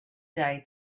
day